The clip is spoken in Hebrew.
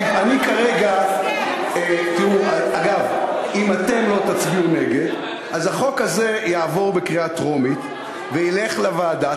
אם אתם לא תצביעו נגד אז החוק הזה יעבור בקריאה טרומית וילך לוועדה.